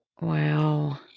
Wow